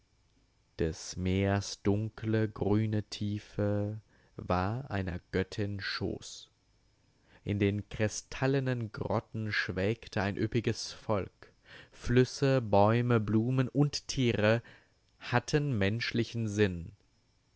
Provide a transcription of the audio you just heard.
des meers dunkle grüne tiefe war einer göttin schoß in den kristallenen grotten schwelgte ein üppiges volk flüsse bäume blumen und tiere hatten menschlichen sinn